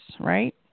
right